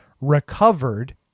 recovered